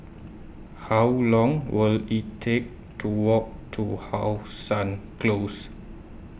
How Long Will IT Take to Walk to How Sun Close